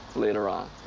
later on.